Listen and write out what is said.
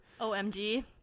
OMG